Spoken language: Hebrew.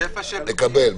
הצבעה לא נתקבלה.